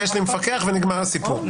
כלומר,